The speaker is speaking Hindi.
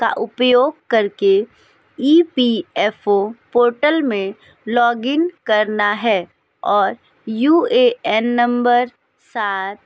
का उपयोग कर के E P F O portal में लॉगइन करना है और यू ए एन नंबर सात